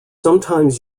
sometimes